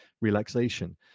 relaxation